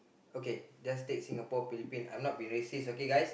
okay just take Singapore Philippine I'm not be racist okay guys